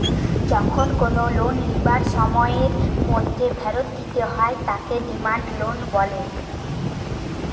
যখন কোনো লোন লিবার সময়ের মধ্যে ফেরত দিতে হয় তাকে ডিমান্ড লোন বলে